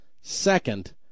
Second